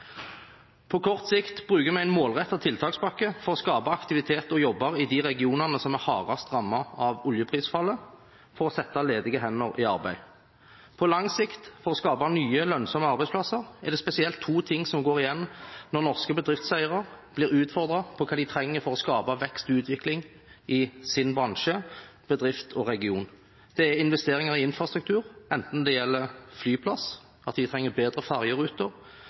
På kort sikt bruker vi en målrettet tiltakspakke for å skape aktivitet og jobber i de regionene som er hardest rammet av oljeprisfallet – for å sette ledige hender i arbeid. På lang sikt, for å skape nye, lønnsomme arbeidsplasser, er det spesielt to ting som går igjen når norske bedriftseiere blir utfordret på hva de trenger for å skape vekst og utvikling i sin bransje, bedrift og region. Det er investeringer i infrastruktur – enten det gjelder flyplass, at en trenger bedre ferjeruter,